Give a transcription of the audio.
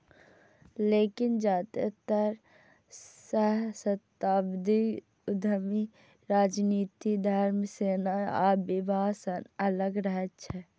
लेकिन जादेतर सहस्राब्दी उद्यमी राजनीति, धर्म, सेना आ विवाह सं अलग रहै छै